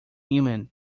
inland